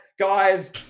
Guys